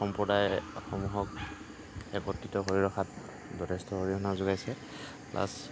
সম্প্ৰদায়ৰ মানুহক একত্ৰিত কৰি ৰখাত যথেষ্ট অৰিহণা যোগাইছে প্লাছ